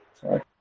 sorry